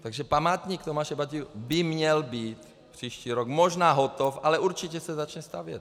Takže památník Tomáše Bati by měl být příští rok možná hotov, ale určitě se začne stavět.